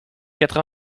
quatre